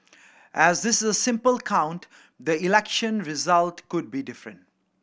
as this is a sample count the election result could be different